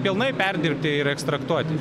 pilnai perdirbti ir ekstraktuoti